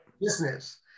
business